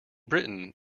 britain